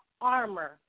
armor